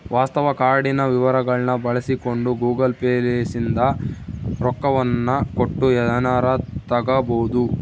ವಾಸ್ತವ ಕಾರ್ಡಿನ ವಿವರಗಳ್ನ ಬಳಸಿಕೊಂಡು ಗೂಗಲ್ ಪೇ ಲಿಸಿಂದ ರೊಕ್ಕವನ್ನ ಕೊಟ್ಟು ಎನಾರ ತಗಬೊದು